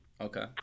Okay